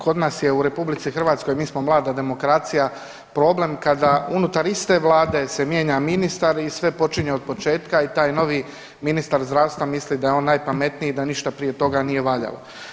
Kod nas je u RH mi smo mlada demokracija, problem kada unutar iste vlade se mijenja ministar i sve počinje od početka i taj novi ministar zdravstva misli da je on najpametniji i da ništa prije toga nije valjalo.